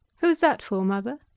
who is that for, mother?